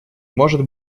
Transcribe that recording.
может